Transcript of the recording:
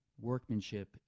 workmanship